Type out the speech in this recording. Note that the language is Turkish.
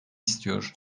istiyor